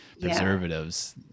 preservatives